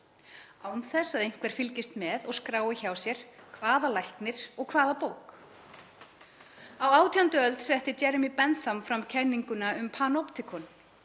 án þess að einhver fylgist með og skrái hjá sér hvaða læknir og hvaða bók. Á 18. öld setti Jeremy Bentham fram kenninguna um Panoptikon